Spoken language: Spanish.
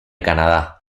canadá